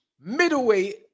middleweight